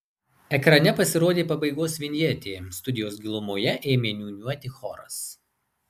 ekrane pasirodė pabaigos vinjetė studijos gilumoje ėmė niūniuoti choras